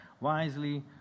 wisely